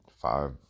five